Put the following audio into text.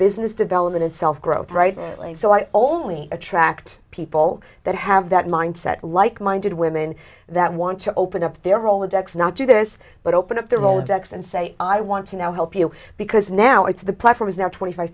business development and self growth right so i only attract people that have that mindset like minded women that want to open up their rolodex not do this but open up their old decks and say i want to now help you because now it's the platform is there twenty five